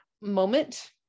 moment